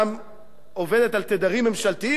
עובדת על תדרים ממשלתיים או של המדינה,